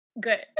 good